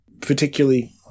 particularly